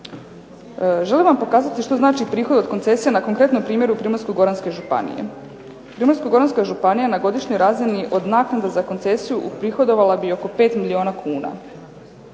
Želim vam pokazati što znači prihod od koncesija na konkretnom primjeru Primorsko-goranske županije. Primorsko-goranska županija na godišnjoj razini od naknade za koncesiju uprihodovala bi oko 5 milijuna kuna.